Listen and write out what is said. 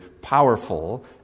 powerful